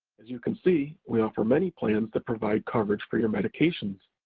as you can see, we offer many plans that provide coverage for your medications.